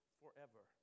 forever